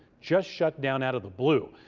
just shut down out of the blue.